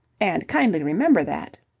and kindly remember that!